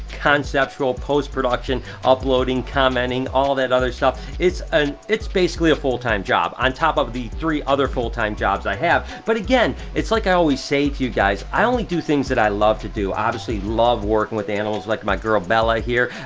conceptual, post-production, uploading, commenting, all of that other stuff, it's ah it's basically a full-time job, on top of the three other full-time jobs i have. but again, it's like i always say to you guys, i only do things that i love to do. i obviously love working with animals, like my girl bella here,